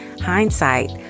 Hindsight